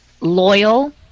loyal